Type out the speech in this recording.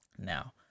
Now